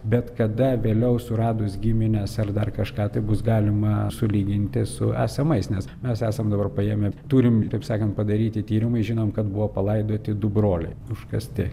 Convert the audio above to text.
bet kada vėliau suradus gimines ar dar kažką tai bus galima sulyginti su esamais nes mes esam dabar paėmę turim taip sakant padaryti tyrimai žinom kad buvo palaidoti du broliai užkasti